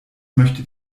möchte